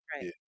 Right